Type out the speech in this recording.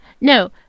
No